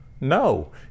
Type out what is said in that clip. No